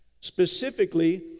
specifically